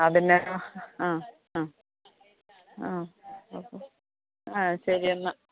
അതെന്നാ ആ ആ ആ ഓക്കേ ആ ശരി എന്നാൽ